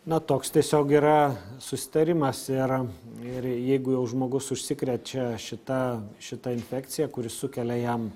na toks tiesiog yra susitarimas ir ir jeigu jau žmogus užsikrečia šita šita infekcija kuri sukelia jam